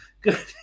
Good